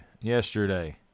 yesterday